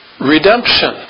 redemption